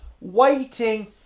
waiting